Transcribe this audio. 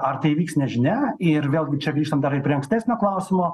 ar tai įvyks nežinia ir vėlgi čia grįžtam dar ir prie ankstesnio klausimo